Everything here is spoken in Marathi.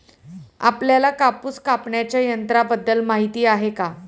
आपल्याला कापूस कापण्याच्या यंत्राबद्दल माहीती आहे का?